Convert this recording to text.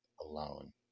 alone